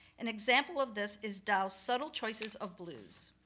an example of this, is dou's subtle choices of blues.